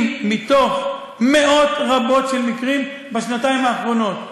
אם מתוך מאות רבות של מקרים בשנתיים האחרונות היה,